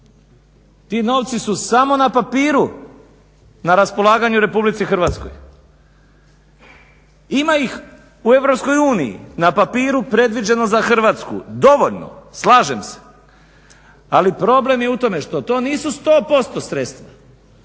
ti novci su samo na papiru na raspolaganju RH. ima ih u EU na papiru predviđeno za Hrvatsku dovoljno slažem se, ali problem je u tome što to nisu 100% sredstva